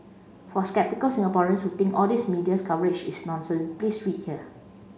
for sceptical Singaporeans who think all these medias coverage is nonsense please read here